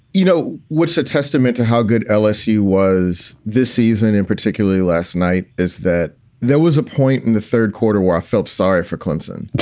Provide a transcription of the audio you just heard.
you know, what's a testament to how good lsu was this season and particularly last night, is that there was a point in the third quarter where i felt sorry for clemson,